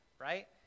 right